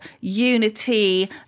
unity